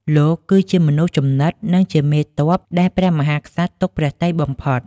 លោកគឺជាមនុស្សជំនិត និងជាមេទ័ពដែលព្រះមហាក្សត្រទុកព្រះទ័យបំផុត។